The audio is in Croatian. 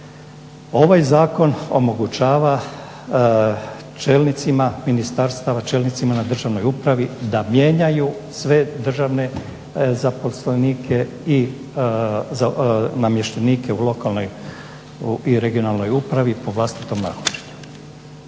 ovaj zakon omogućava čelnicima ministarstava, čelnicima na državnoj upravi da mijenjaju sve državne zaposlenike i namještenike u lokalnoj i regionalnoj upravi po vlastitom nahođenju.